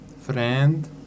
friend